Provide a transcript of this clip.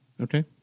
Okay